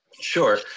Sure